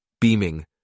Beaming